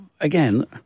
again